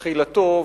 תחילתו,